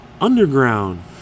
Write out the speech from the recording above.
underground